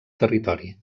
territori